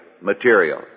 material